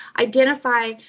identify